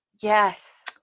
Yes